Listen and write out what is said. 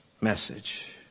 message